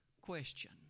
Question